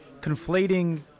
conflating